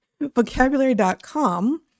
Vocabulary.com